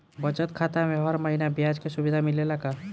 बचत खाता में हर महिना ब्याज के सुविधा मिलेला का?